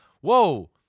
Whoa